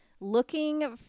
looking